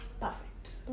perfect